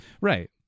Right